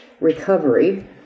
recovery